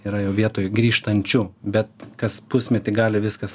yra jau vietoj grįžtančių bet kas pusmetį gali viskas